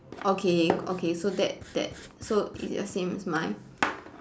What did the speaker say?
okay okay so that that so it's the same as mine